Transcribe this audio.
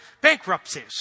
bankruptcies